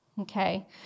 Okay